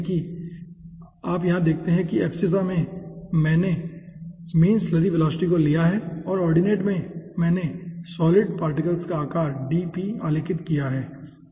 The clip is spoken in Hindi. तो यहाँ आप देखते हैं कि एब्सीसा में हमने मीन स्लरी वेलोसिटी को लिया किया है और ऑर्डिनट में हमने सॉलिड पार्टिकल्स का आकार dp आलेखित किया है